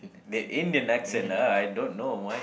the Indian accent ah I don't know why